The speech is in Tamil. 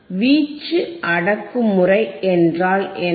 வீச்சுஅடக்குமுறை என்றால் என்ன